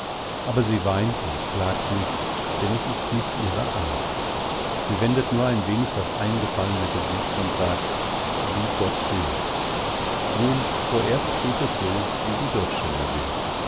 aber sie weint und klagt nicht denn es ist nicht ihre art sie wendet nur ein wenig das eingefallene gesicht und sagt wie gott will nun vorerst geht es so wie die doczene will